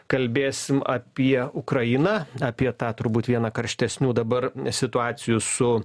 kalbėsim apie ukrainą apie tą turbūt vieną karštesnių dabar situacijų su